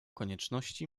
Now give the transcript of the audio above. konieczności